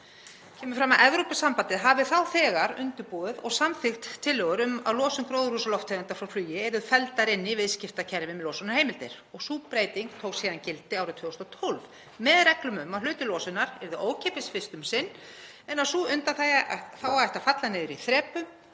kemur fram að Evrópusambandið hafi þá þegar undirbúið og samþykkt tillögur um að losun gróðurhúsalofttegunda frá flugi yrði felld inn í viðskiptakerfi með losunarheimildir og sú breyting tók síðan gildi árið 2012, með reglum um að hluti losunar yrði ókeypis fyrst um sinn en að sú undanþága ætti að falla niður í þrepum